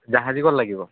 জাহাজী কল লাগিব